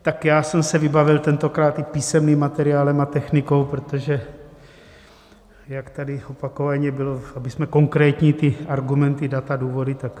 Tak já jsem se vybavil tentokrát i písemným materiálem a technikou, protože jak tady opakovaně bylo, abychom konkrétní ty argumenty, data, důvody, tak...